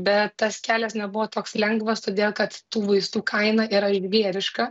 bet tas kelias nebuvo toks lengvas todėl kad tų vaistų kaina yra žvėriška